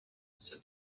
said